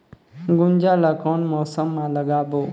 गुनजा ला कोन मौसम मा लगाबो?